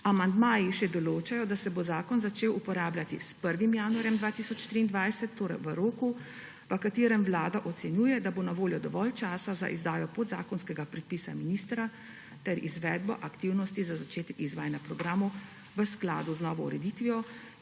Amandmaji še določajo, da se bo zakon začel uporabljati s 1. januarjem 2023, torej v roku, v katerem Vlada ocenjuje, da bo na voljo dovolj časa za izdajo podzakonskega predpisa ministra ter izvedbo aktivnosti za začetek izvajanja programov v skladu z novo ureditvijo,